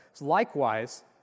likewise